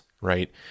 right